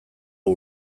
hau